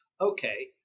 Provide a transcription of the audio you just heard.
okay